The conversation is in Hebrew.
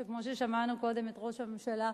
שכמו ששמענו קודם את ראש הממשלה,